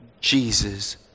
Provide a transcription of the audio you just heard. Jesus